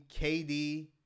KD